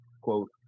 quote